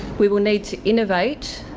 we will need to innovate,